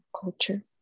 culture